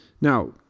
Now